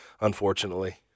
unfortunately